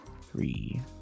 three